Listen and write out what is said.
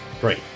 Great